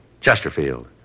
Chesterfield